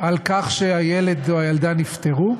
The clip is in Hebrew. על כך שהילד או הילדה נפטרו.